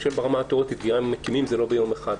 אני שואל ברמה התיאורטית כי גם אם מקימים זה לא ביום אחד.